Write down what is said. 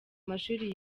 mashuri